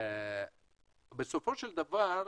בסופו של דבר,